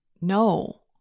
no